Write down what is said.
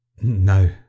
no